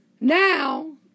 now